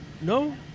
No